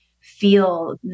feel